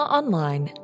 online